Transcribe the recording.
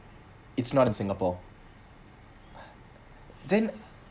it's not in singapore then